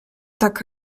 tak